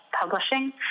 publishing